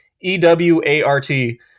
E-W-A-R-T